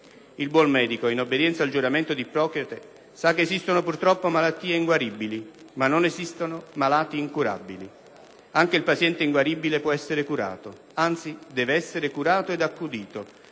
Il buon medico, in obbedienza al giuramento di Ippocrate, sa che esistono purtroppo malattie inguaribili ma non esistono malati incurabili: anche il paziente inguaribile può essere curato, anzi deve essere curato ed accudito,